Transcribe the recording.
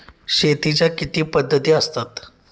शेतीच्या किती पद्धती असतात?